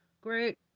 Great